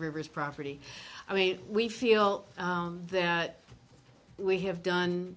rivers property i mean we feel that we have done